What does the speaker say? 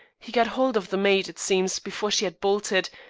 he got hold of the maid, it seems, before she had bolted,